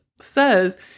says